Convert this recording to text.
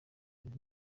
nti